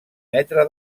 metre